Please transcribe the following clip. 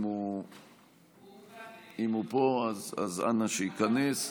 אם הוא פה, אז אנא, שייכנס.